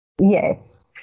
Yes